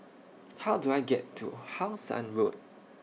How Do I get to How Sun Road